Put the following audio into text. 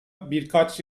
birkaç